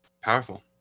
Powerful